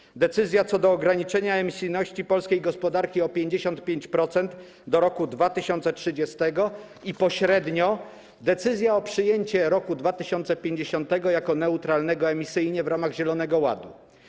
Chodzi o decyzję co do ograniczenia emisyjności polskiej gospodarki o 55% do 2030 r. i pośrednio decyzję o przyjęciu 2050 r. jako neutralnego emisyjnie w ramach zielonego ładu.